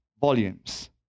volumes